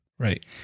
Right